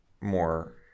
more